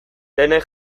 denek